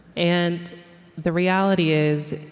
and the reality is,